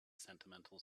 sentimental